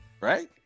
Right